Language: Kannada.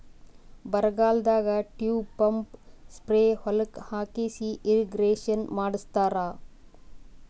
ಬರಗಾಲದಾಗ ಟ್ಯೂಬ್ ಪಂಪ್ ಸ್ಪ್ರೇ ಹೊಲಕ್ಕ್ ಹಾಕಿಸಿ ಇರ್ರೀಗೇಷನ್ ಮಾಡ್ಸತ್ತರ